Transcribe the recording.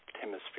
hemisphere